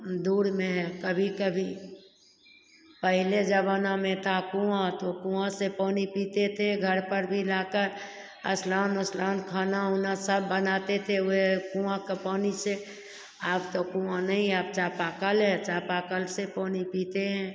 दूर में है कभी कभी पहले जमाना में था कुआँ थो कुआँ से पानी पीते थे घर पर भी लाकर स्नान उसलान खाना ऊना सब बनाते थे वे कुआँ के पानी से अब तो कुआँ नहीं है अब चापाकल है चापाकल से पानी पीते हैं